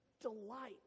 delight